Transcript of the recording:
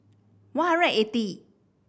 one hundred eighty